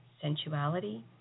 sensuality